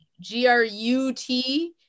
G-R-U-T